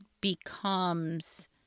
becomes